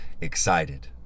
excited